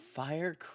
fire